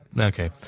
Okay